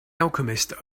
alchemist